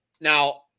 Now